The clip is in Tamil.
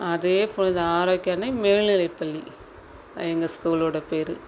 அதே போல் இது ஆரோக்கிய அன்னை மேல்நிலைப்பள்ளி எங்கள் ஸ்கூலோடய பேர்